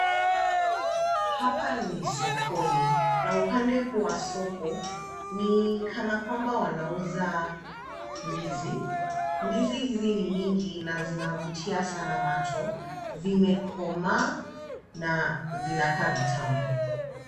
Hapa ni sokoni na upande huu wa soko ni kana kwamba wanauza ndizi. Ndizi hizi ni mingi na zinavutia sana macho. Vimekomaa na vinakaa vitamu.